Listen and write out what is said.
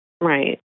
Right